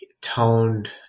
toned